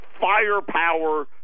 firepower